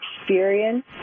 experience